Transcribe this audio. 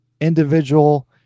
individual